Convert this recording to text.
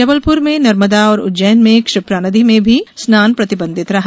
जबलपूर में नर्मदा और उज्जैन में क्षिप्रा नदी में भी स्नान प्रतिबंधित रहा